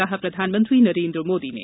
कहा प्रधानमंत्री नरेन्द्र मोदी ने